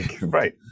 right